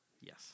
Yes